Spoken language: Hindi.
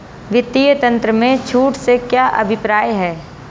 वित्तीय तंत्र में छूट से क्या अभिप्राय है?